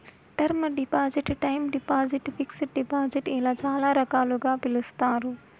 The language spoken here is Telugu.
term deposit time deposit fixed deposit ఇలా చాలా రకాలుగా పిలుస్తారు